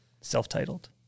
self-titled